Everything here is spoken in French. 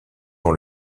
dans